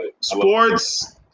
Sports